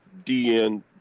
DN